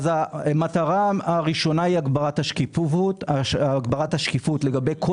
המטרה הראשונה היא הגברת השקיפות לגבי כל